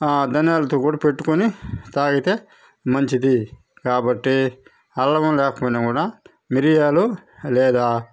ఆ ధనియాలతో కూడా పెట్టుకుని తాగితే మంచిది కాబట్టి అల్లం లేకపోయినా కూడా మిరియాలు లేదా